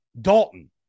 Dalton